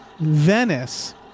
Venice